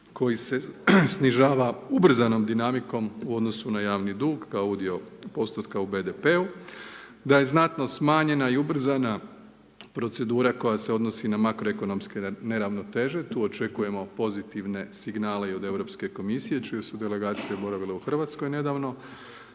koji se snižava ubrzanom dinamikom u odnosu na javni dug kao udio postotka u BDP-u. Da je znatno smanjena i ubrzana procedura koja se odnosi na makroekonomske neravnoteže, tu očekujemo pozitivne signale i od Europske komisije čije su delegacije boravile u Hrvatskoj nedavno.